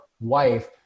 wife